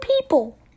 people